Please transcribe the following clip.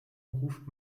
ruft